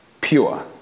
pure